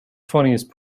funniest